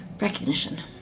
recognition